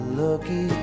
lucky